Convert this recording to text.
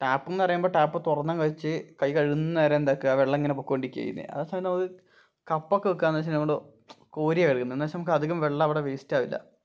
ടാപ്പെന്നു പറയുമ്പോള് ടാപ്പ് തുറന്നങ്ങുവച്ച് കൈ കഴുകുന്നതുവരെ എന്താക്കാം വെള്ളം ഇങ്ങനെ പൊയ്ക്കോണ്ടിരിക്കുകയാണു ചെയ്യുന്നത് അതേസമയം നമുക്ക് കപ്പൊക്കെ വയ്ക്കാമെന്നുവച്ചാല് നമ്മള് കോരിയാണു കഴുകുന്നത് എന്നുവച്ചാല് നമുക്കധികം വെള്ളമിവിടെ വേസ്റ്റാവില്ല